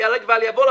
ייהרג ובל יעבור,